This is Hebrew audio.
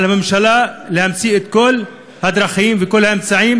על הממשלה להמציא את כל הדרכים וכל האמצעים